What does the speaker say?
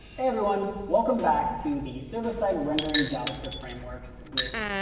everyone. welcome back to the server-side rendering javascript frameworks with